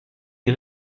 des